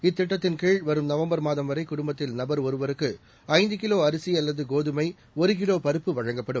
இத்திட்டத்தின்கீழ் வரும் நவம்பர் மாதம்வரை குடும்பத்தில் நபர் ஒருவருக்கு ஐந்து கிலோ அரிசி அல்லது கோதுமை ஒரு கிலோ பருப்பு வழங்கப்படும்